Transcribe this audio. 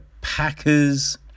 Packers